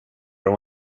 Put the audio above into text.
och